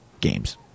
games